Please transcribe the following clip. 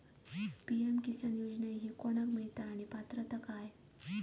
PM Kisan योजना ही कोणाक मिळता आणि पात्रता काय?